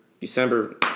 December